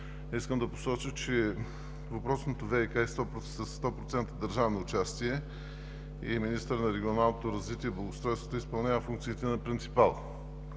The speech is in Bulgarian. Искам да посоча, че въпросното ВиК е със 100% държавно участие и министърът на регионалното развитие и благоустройството изпълнява функциите на принципал.